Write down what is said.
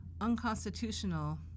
unconstitutional